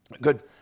good